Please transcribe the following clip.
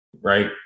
right